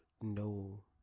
no